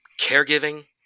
caregiving